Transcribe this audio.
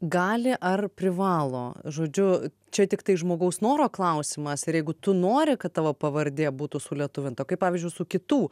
gali ar privalo žodžiu čia tiktai žmogaus noro klausimas ir jeigu tu nori kad tavo pavardė būtų sulietuvinta kaip pavyzdžiui su kitų